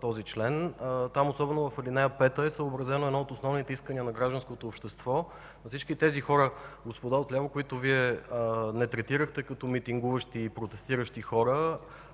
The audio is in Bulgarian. този член. Там, особено в ал. 5, е съобразено едно от основните искания на гражданското общество – всички хора, господа от ляво, които Вие не третирахте като митингуващи и протестиращи хора,